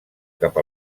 cap